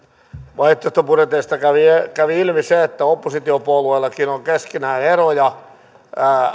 vaihtoehtobudjeteista kävi ilmi se että oppositiopuolueillakin on keskenään eroja